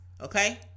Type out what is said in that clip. Okay